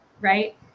right